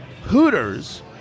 Hooters